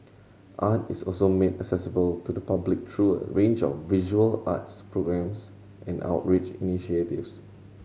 art is also made accessible to the public through a range of visual arts programmes and outreach initiatives